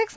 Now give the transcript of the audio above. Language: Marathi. एक्स